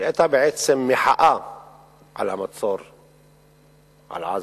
שהיתה בעצם מחאה על המצור על עזה,